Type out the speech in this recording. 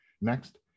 next